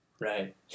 Right